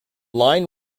line